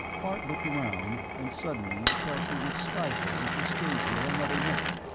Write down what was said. bart looked around, and suddenly felt he would stifle if he stayed here another minute.